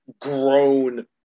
grown